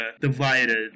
divided